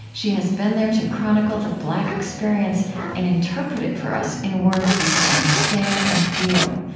she has been there to chronicle the black experience and interpret it for us in words we could understand and feel.